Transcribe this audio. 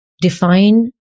define